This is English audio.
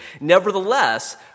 Nevertheless